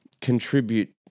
contribute